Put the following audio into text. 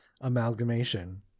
amalgamation